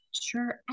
Sure